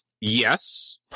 Yes